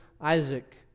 Isaac